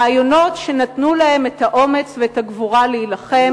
רעיונות שנתנו להם את האומץ ואת הגבורה להילחם.